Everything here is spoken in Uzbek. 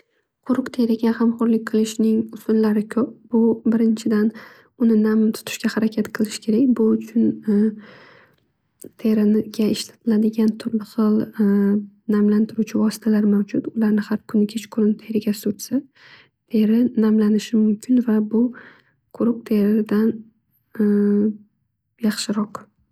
Quruq teriga g'amxo'rlik qilishning usullari ko'p. Bu birinchidan uni nam tutishga harakat qilish kerak. Teriga ishlatiladigan turli xil namlantiruvchi vositalar mavjud. Ularni har kuni kechqurun teriga surtsa teri namlanishi mumkin va bu quruq teridan yaxshiroq.